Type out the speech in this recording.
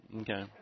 okay